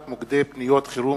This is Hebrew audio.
אי-השתתפות שחקנים שהשתמטו משירות